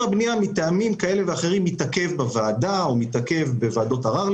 הבנייה מתעכב בוועדה או מתעכב בוועדות ערר,